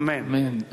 אמן.